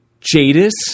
Jadis